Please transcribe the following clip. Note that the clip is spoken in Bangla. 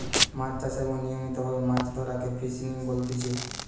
মাছ চাষ এবং নিয়মিত ভাবে মাছ ধরাকে ফিসিং বলতিচ্ছে